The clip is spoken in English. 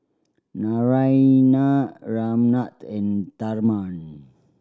Naraina Ramnath and Tharman